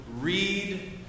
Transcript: read